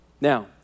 Now